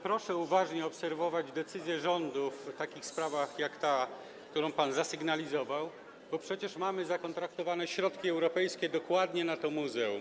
Proszę uważnie obserwować decyzje rządu w takich sprawach jak ta, którą pan zasygnalizował, bo przecież mamy zakontraktowane środki europejskie dokładnie na to muzeum.